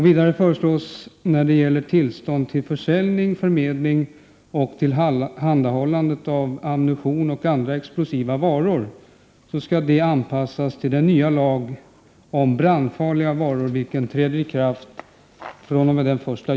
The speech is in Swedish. Vidare föreslås att tillstånd till försäljning, förmedling och tillhandahållandet av ammunition och andra explosiva varor skall anpassas till den nya lag om brandfarliga varor vilken träder i kraft den 1 juli i år.